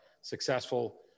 successful